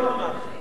בתל-אביב?